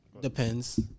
Depends